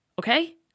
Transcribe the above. okay